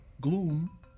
gloom